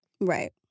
Right